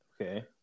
Okay